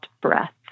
breath